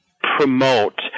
promote